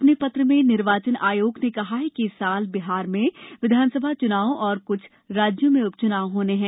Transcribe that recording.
अपने पत्र में निर्वाचन आयोग ने कहा है कि इस साल बिहार में विधानसभा चुनाव और कुछ राज्यों में उप चुनाव होने हैं